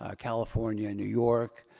ah california, and new york,